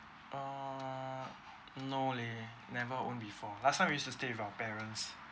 err no leh never own before last time used to stay with our parents